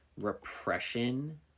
repression